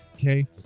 okay